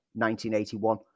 1981